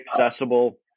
accessible